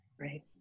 Right